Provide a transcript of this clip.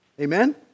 Amen